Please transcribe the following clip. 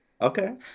Okay